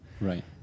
Right